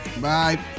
Bye